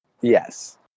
Yes